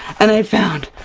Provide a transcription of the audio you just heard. and i found